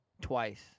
twice